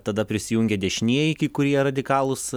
tada prisijungia dešinieji kai kurie radikalūs